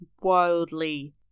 wildly